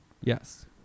Yes